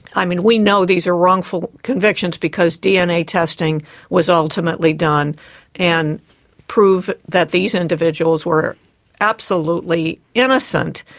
i mean, we know these are wrongful convictions because dna testing was ultimately done and proved that these individuals were absolutely innocent,